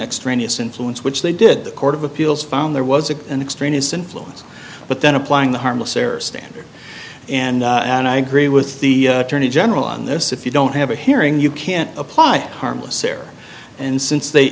extraneous influence which they did the court of appeals found there was a an extremist influence but then applying the harmless error standard and and i agree with the attorney general on this if you don't have a hearing you can't apply harmless error and since they